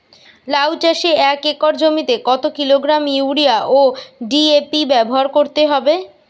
লাউ চাষে এক একর জমিতে কত কিলোগ্রাম ইউরিয়া ও ডি.এ.পি ব্যবহার করতে হবে?